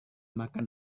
makan